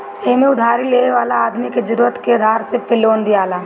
एमे उधारी लेवे वाला आदमी के जरुरत के आधार पे लोन दियाला